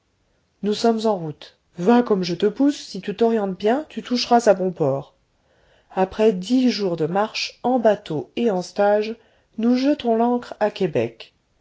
nous sommes en route va comme je te pousse si tu t'orientes bien tu toucheras à bon port après dix jours de marche en bateau et en stage nous jetons l'ancre à québec